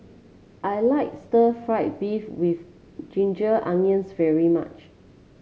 I like Stir Fried Beef with Ginger Onions very much